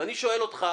ואני שואל אותך,